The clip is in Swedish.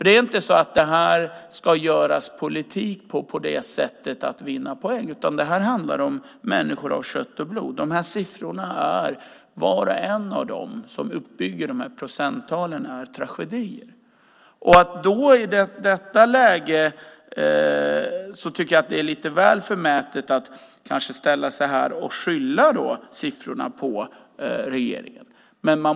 Det ska inte göras politik av detta för att man ska vinna poäng. Det här handlar om människor av kött och blod. Varje händelse som ligger bakom de här procenttalen är tragedier. I det läget tycker jag att det är lite väl förmätet att ställa sig här och skylla siffrorna på regeringen.